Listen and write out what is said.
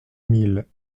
mille